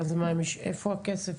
אז איפה הכסף?